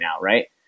right